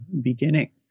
beginning